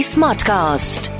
Smartcast